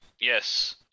yes